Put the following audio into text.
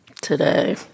today